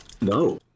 no